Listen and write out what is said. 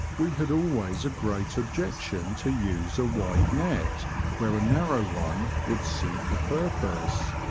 we had always a great objection to use a wide net where a narrow one would suit the purpose.